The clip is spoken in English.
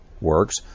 works